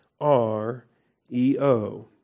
R-E-O